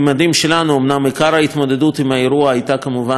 אומנם עיקר ההתמודדות עם האירוע היה כמובן של כב"א.